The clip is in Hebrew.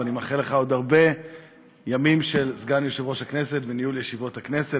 אני מאחל לך עוד הרבה ימים של סגן יושב-ראש הכנסת וניהול ישיבות הכנסת.